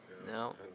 No